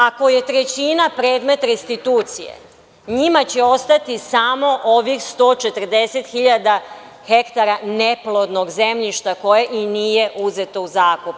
Ako je trećina predmet restitucije, njima će ostati samo ovih 140.000 hektara neplodnog zemljišta koje i nije uzeto u zakup.